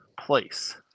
place